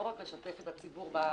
לא רק לשתף את הציבור בהקדמה.